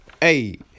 hey